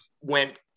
went